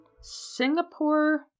Singapore